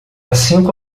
cinco